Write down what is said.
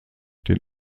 den